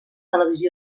televisió